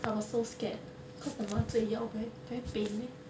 I was so scared cause the 麻醉药 very very pain leh